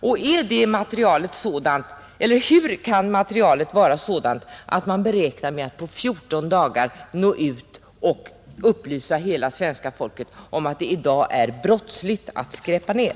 Och hur kan materialet vara sådant att man beräknar att på fjorton dagar nå ut och upplysa hela svenska folket om att det i dag är brottsligt att skräpa ned?